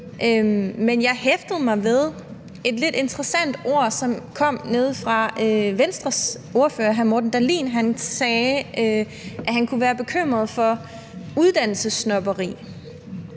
men jeg hæftede mig ved et lidt interessant ord, som kom nede fra Venstres ordfører hr. Morten Dahlin. Han sagde, at han kunne være bekymret for uddannelsessnobberi,